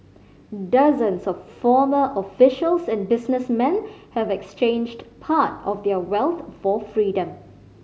dozens of former officials and businessmen have exchanged part of their wealth for freedom